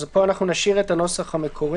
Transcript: אז פה אנחנו נשאיר את הנוסח המקורי.